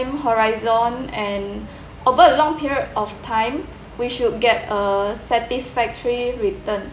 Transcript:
horizon and over a long period of time we should get a satisfactory return